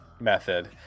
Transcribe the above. method